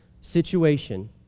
situation